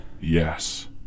Yes